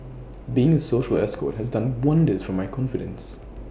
being A social escort has done wonders for my confidence